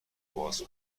باز